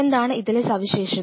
എന്താണ് ഇതിലെ സവിശേഷത